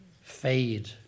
fade